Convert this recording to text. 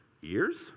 years